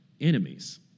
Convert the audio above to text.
enemies